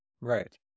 Right